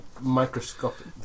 microscopic